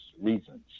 reasons